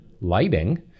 lighting